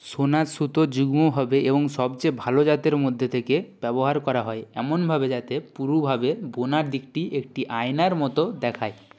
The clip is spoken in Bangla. সোনার সুতো যুগ্মভাবে এবং সবচেয়ে ভালো জাতের মধ্যে থেকে ব্যবহার করা হয় এমনভাবে যাতে পুরুভাবে বোনার দিকটি একটি আয়নার মতো দেখায়